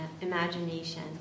imagination